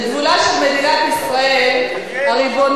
את גבולה של מדינת ישראל הריבונית,